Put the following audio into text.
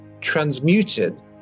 transmuted